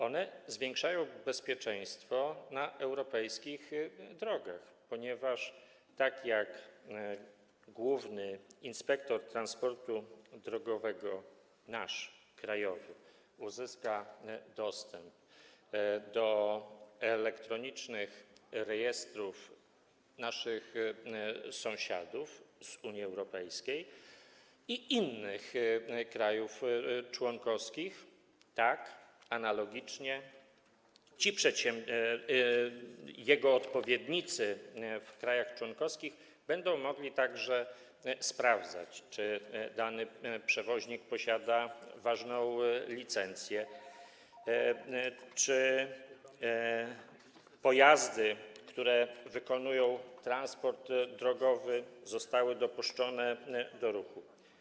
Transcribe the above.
One zwiększają bezpieczeństwo na europejskich drogach, ponieważ jak główny inspektor transportu drogowego nasz, krajowy, uzyska dostęp do elektronicznych rejestrów naszych sąsiadów z Unii Europejskiej, innych krajów członkowskich, tak analogicznie jego odpowiednicy w krajach członkowskich będą mogli także sprawdzać, czy dany przewoźnik posiada ważną licencję, czy pojazdy, które wykonują transport drogowy, zostały dopuszczone do ruchu.